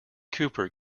cooper